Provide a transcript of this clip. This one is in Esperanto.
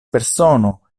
persono